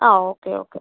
ആ okay okay